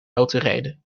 autorijden